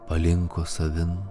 palinko savin